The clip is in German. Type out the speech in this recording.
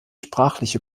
sprachliche